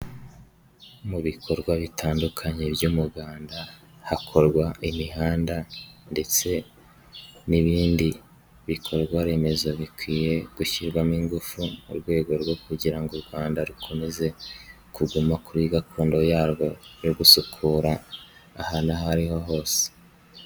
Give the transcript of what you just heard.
Mu bikorwa bitandukanye by'umuganda, hakorwa imihanda ndetse n'ibindi bikorwa remezo bikwiye gushyirwamo ingufu, mu rwego rwo kugira ngo u Rwanda rukomeze kuguma kuri gakondo yarwo yo gusukura ahantu aho ariho hose.